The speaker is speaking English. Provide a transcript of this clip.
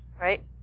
Right